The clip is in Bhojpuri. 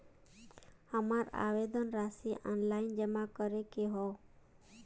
हमार आवेदन राशि ऑनलाइन जमा करे के हौ?